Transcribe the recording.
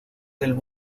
del